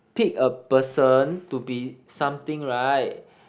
pick a person to be something right